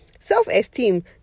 Self-esteem